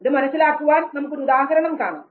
ഇത് മനസ്സിലാക്കാൻ നമുക്ക് ഒരു ഉദാഹരണം കാണാം